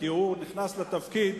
כי הוא נכנס לתפקיד.